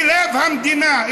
בלב המדינה.